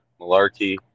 Malarkey